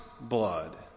blood